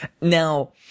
Now –